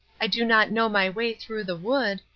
i do not know my way through the wood,